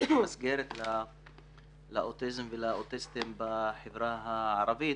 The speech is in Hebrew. מסגרת לאוטיזם ולאוטיסטים בחברה הערבית.